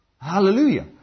Hallelujah